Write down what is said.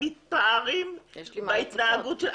שם זה לאו אחד גדול והם מתפארים בהתנהגות שלהם.